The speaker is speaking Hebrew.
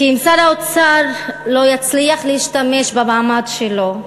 כי אם שר האוצר לא יצליח להשתמש במעמד שלו,